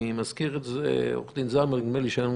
אני מזכיר את זה נדמה לי שהייתה לנו